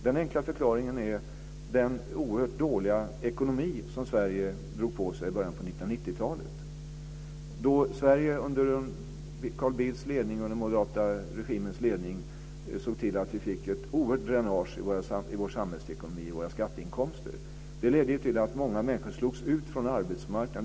Den enkla förklaringen är den oerhört dåliga ekonomi som Sverige drog på sig i början på 1990-talet, då Sverige under Carl Bildts och den moderata regimens ledning fick ett oerhört dränage vad gäller samhällsekonomi och skatteinkomster. Det ledde till att många människor slogs ut från arbetsmarknaden.